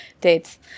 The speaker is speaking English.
dates